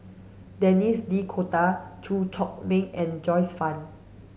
Denis D'Cotta Chew Chor Meng and Joyce Fan